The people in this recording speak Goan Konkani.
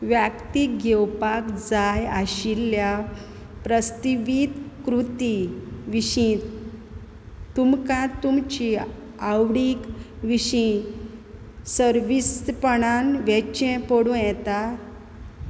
व्याक्ती घेवपाक जाय आशिल्ल्या प्रस्तावीत कृती विशीं तुमकां तुमचे आवडी विशीं सविस्तरपणान वेचें पडूं येता